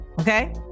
Okay